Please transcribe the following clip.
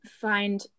find